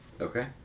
Okay